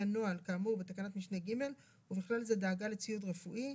הנוהל כאמור בתקנת משנה (ג) ובכלל זה דאגה לציוד רפואי,